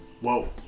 Whoa